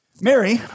Mary